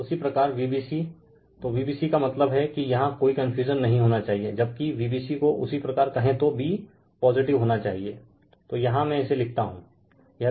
उसी प्रकार Vbc तो Vbc का मतलब हैं कि यहाँ कोई कनफ्यूजन नही होना चाहिए जब कि Vbc को उसी प्रकार कहे तो b पॉजिटिव होना चाहिए तो यहाँ में इसे लिखता हू